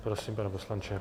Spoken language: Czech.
Prosím, pane poslanče.